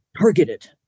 targeted